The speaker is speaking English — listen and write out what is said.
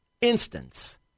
instance